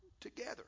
together